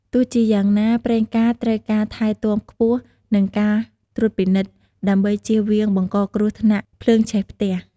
ទោះជាយ៉ាងណា ប្រេងកាតត្រូវការថែទាំខ្ពស់ និងការត្រួតពិនិត្យ ដើម្បីជៀសវាងបង្កគ្រោះថ្នាក់ភ្លើងឆេះផ្ទះ។